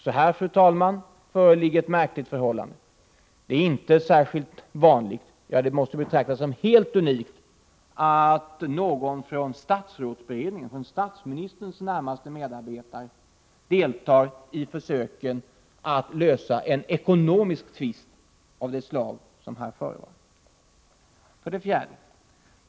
Även här, fru talman, föreligger ett märkligt förhållande. Det är inte särskilt vanligt — ja, det måste betraktas som unikt — att någon från statsrådsberedningen, en av statsministerns närmaste medarbetare, deltar i u arbetet att lösa en ekonomisk tvist av det slag som här förevar. 4.